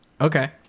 Okay